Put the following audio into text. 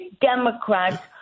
Democrats